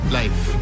life